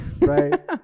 Right